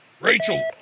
Rachel